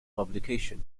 publication